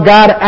God